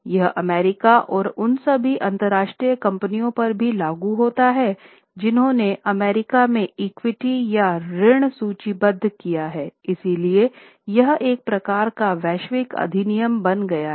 यह अमेरिका और उन सभी अंतरराष्ट्रीय कंपनियों पर भी लागू होता है जिन्होंने अमेरिका में इक्विटी या ऋण सूचीबद्ध किया है इसीलिए यह एक प्रकार का वैश्विक अधिनियम बन गया है